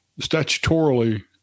statutorily